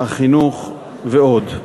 החינוך ועוד.